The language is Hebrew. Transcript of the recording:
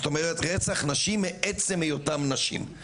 זאת אומרת רצח נשים מעצם היותן נשים.